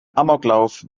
amoklauf